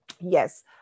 yes